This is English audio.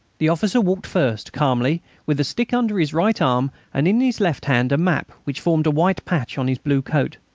the officer walked first, calmly, with a stick under his right arm, and in his left hand a map which formed a white patch on his blue coat,